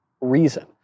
reason